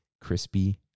crispy